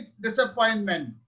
disappointment